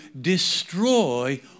destroy